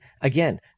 again